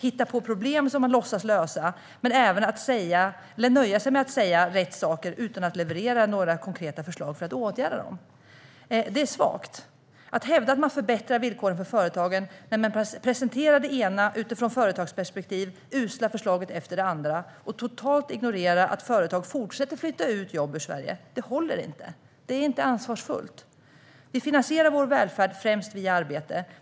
Man kan inte heller hitta på problem som man låtsas lösa eller nöja sig med att säga rätt saker utan att leverera några konkreta förslag för att åtgärda det hela. Detta är svagt. Det håller inte att hävda att man förbättrar villkoren för företagen när man presenterar det ena utifrån företagsperspektiv usla förslaget efter det andra medan man totalt ignorerar att företag fortsätter flytta ut jobb ur Sverige. Det är inte ansvarsfullt. Vi finansierar vår välfärd främst via arbete.